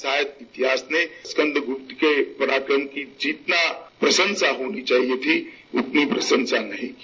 शायद इतिहास में स्कन्द गुप्त के पराक्रम की जितना भी प्रशंसा होनी चाहिए थी उतनी प्रशंसा नहीं की